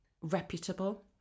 reputable